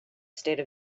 state